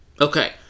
Okay